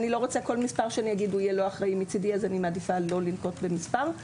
כל מספר שאגיד יהיה לא אחראי אז אני מעדיפה לא לנקוב במספר.